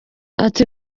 ati